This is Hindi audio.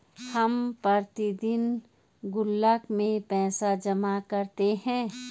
हम प्रतिदिन गुल्लक में पैसे जमा करते है